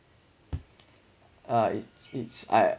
uh it's it's I uh